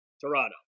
Toronto